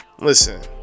Listen